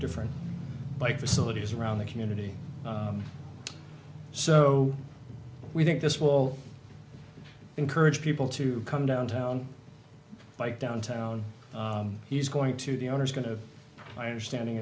different bike facilities around the community so we think this will encourage people to come downtown bike downtown he's going to the owner's going to my understanding